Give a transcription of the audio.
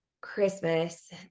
Christmas